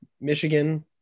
Michigan